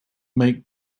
make